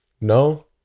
No